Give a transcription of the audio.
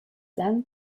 then